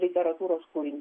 literatūros kūrinu